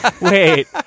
Wait